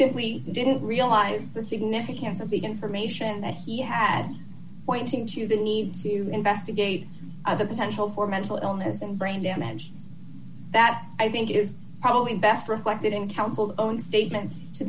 simply didn't realise the significance of the information that he had pointing to the need to investigate other potential for mental illness and brain damage that i think is probably best reflected in council own statements to